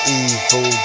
evil